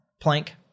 plank